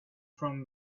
from